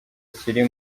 kiri